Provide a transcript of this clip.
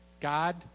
God